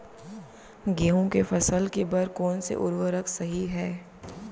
गेहूँ के फसल के बर कोन से उर्वरक सही है?